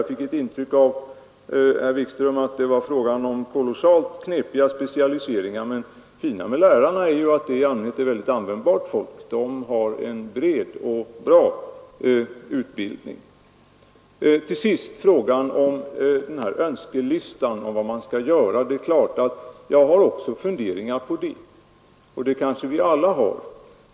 Jag fick ett intryck av att herr Wikström ansåg att det är fråga om kolossalt knepiga specialiseringar, men det fina med lärarna är att de i allmänhet är mycket användbara. De har en bred och bra utbildning. Till sist vill jag beröra önskelistan över vad som skall göras. Jag har givetvis också funderat på det, och det kanske vi alla har.